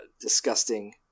disgusting